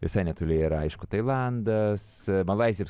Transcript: visai netoli yra aišku tailandas malaizija